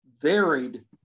varied